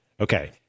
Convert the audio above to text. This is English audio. Okay